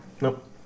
Nope